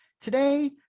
today